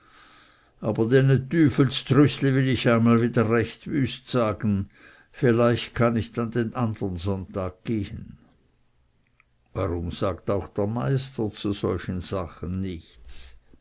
aber dene tüfels trüßle will ich einmal wieder recht wüst sagen vielleicht kann ich dann den andern sonntag gehen warum sagt auch der meister zu solchen sachen nichts